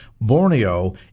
Borneo